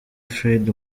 fred